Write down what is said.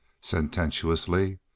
sententiously